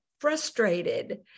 frustrated